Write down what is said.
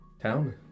town